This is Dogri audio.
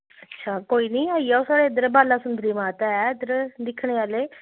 अच्छा कोई निं आई जाओ साढ़े इद्धर बाल्ला सुंदरी माता ऐ इद्धर दिक्खने आह्ले